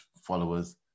followers